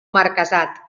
marquesat